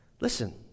Listen